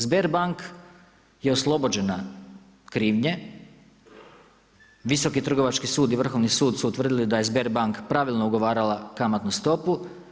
Sberbank je oslobođena krivnje, Visoki trgovački sud i Vrhovnih sud su utvrdili da je Sberbank pravilno ugovarala kamatnu stopu.